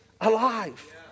alive